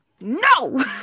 No